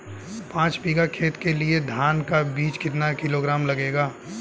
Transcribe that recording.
पाँच बीघा खेत के लिये धान का बीज कितना किलोग्राम लगेगा?